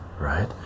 right